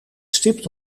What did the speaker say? stipt